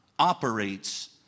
operates